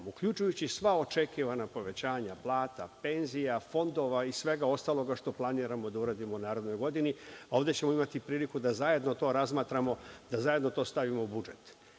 uključujući i sva očekivana povećanja plata, penzija, fondova i svega ostaloga što planiramo da uradimo u narednoj godini, a ovde ćemo imati priliku da zajedno to razmatramo, da zajedno to stavimo u budžet. Sve